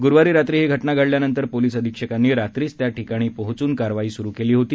गुरुवारी रात्री ही घटना घडल्यानंतर पोलिस अधिक्षकांनी रात्रीच त्याठिकाणी पोहोचून कारवाई सुरू केली होती